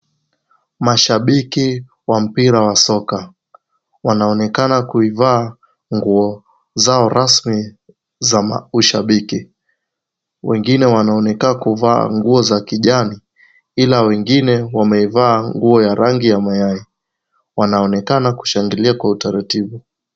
Mashabiki wa mpira ya soka wanaonekana kuivaa nguo zao rasmi za ushabiki. Wengine wanaonekana kuvaa nguo za kijani ila wengine wamevaa nguo ya rangi ya mayai , wanaonekana kushangilia kwa utaratibu.